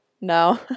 No